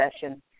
session